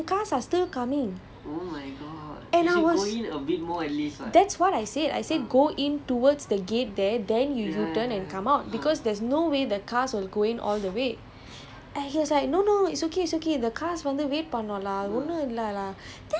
that means this is that means the roundabout is here ah just a little bit in front he is u-turning and cars are still coming and I was that's what I said I said go in towards the gate there then you U-turn and come out because there's no way the cars will go in all the way